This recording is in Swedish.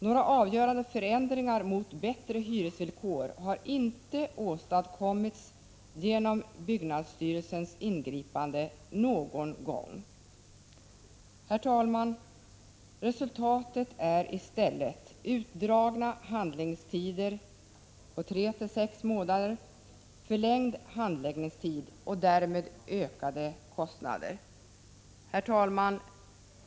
Några avgörande förändringar mot bättre hyresvillkor har inte någon gång åstadkommits genom byggnadsstyrelsens ingripande. Resultatet är i stället utdragna handläggningstider, tre till sex månader, och därmed ökade kostnader. Herr talman!